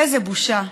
איזו בושה.